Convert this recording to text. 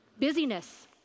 Busyness